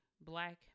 black